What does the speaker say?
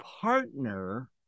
partner